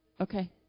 Okay